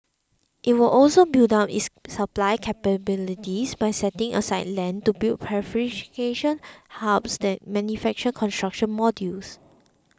it will also build up its supply capabilities by setting aside land to build prefabrication hubs that manufacture construction modules